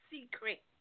secret